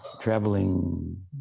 Traveling